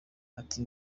ati